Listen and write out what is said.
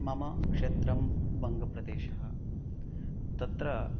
मम क्षेत्रं वङ्गप्रदेशः तत्र